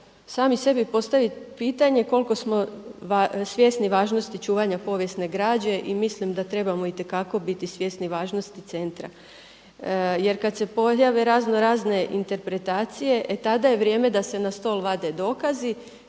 sami sebi postavit pitanje koliko smo svjesni važnosti čuvanja povijesne građe. I mislim da trebamo biti itekako svjesni važnosti centra, jer kad se pojave razno razne interpretacije e tada je vrijeme da se na stol vade dokazi